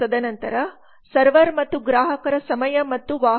ತದನಂತರ ಸರ್ವರ್ ಮತ್ತು ಗ್ರಾಹಕರ ಸಮಯ ಮತ್ತು ವಾಹನ